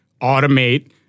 automate